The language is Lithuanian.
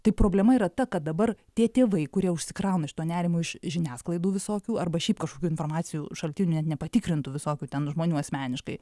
tai problema yra ta kad dabar tie tėvai kurie užsikrauna šituo nerimu iš žiniasklaidų visokių arba šiaip kažkokių informacijų šaltinių net nepatikrintų visokių ten žmonių asmeniškai